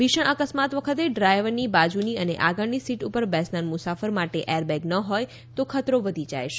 ભીષણ અકસ્માત વખતે ડ્રાયવરની બાજુની અને આગળની સીટ ઉપર બેસનાર મુસાફર માટે એરબેગ ન હોય તો ખતરો વધી જાય છે